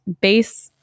base